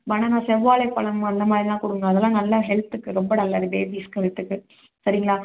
banana செவ்வாழை பழம் அந்த மாதிரிலாம் கொடுங்க அதெல்லாம் நல்லா ஹெல்த்துக்கு ரொம்ப நல்லது பேபீஸ் ஹெல்த்துக்கு சரிங்களா